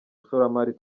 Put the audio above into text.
ishoramari